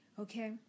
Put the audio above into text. Okay